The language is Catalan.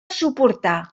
suportar